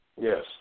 Yes